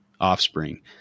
offspring